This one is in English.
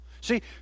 See